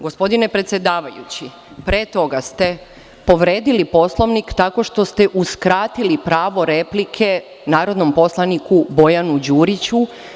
Gospodine predsedavajući, pre toga ste povredili Poslovnik tako što ste uskratili pravo replike narodnom poslaniku Bojanu Đuriću.